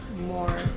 more